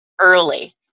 early